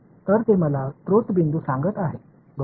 तर ते मला स्त्रोत बिंदू सांगत आहे बरोबर